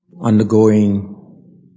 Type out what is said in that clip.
undergoing